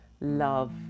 love